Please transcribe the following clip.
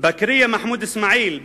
בכריה מחמוד אסמעאיל,